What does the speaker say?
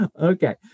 Okay